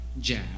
jazz